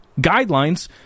guidelines